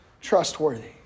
trustworthy